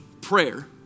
prayer